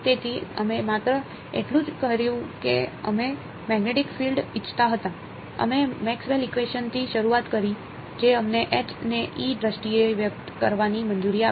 તેથી અમે માત્ર એટલું જ કર્યું કે અમે મેગ્નેટિક ફીલ્ડ થી શરૂઆત કરી જે અમને ને દ્રષ્ટિએ વ્યક્ત કરવાની મંજૂરી આપી